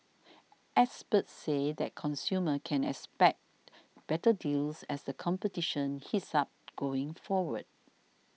experts said that consumers can expect better deals as the competition heats up going forward